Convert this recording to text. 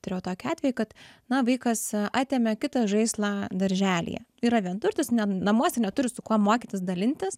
turėjau tokį atvejį kad na vaikas atėmė kitą žaislą darželyje yra vienturtis ne namuose neturi su kuo mokytis dalintis